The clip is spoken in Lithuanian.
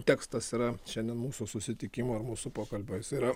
tekstas yra šiandien mūsų susitikimo ir mūsų pokalbio jis yra